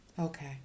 Okay